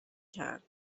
کرد